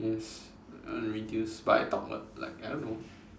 yes I want to reduce but I talk like uh I don't know